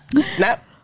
Snap